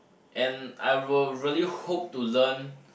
and I will really hope to learn